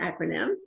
acronym